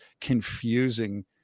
confusing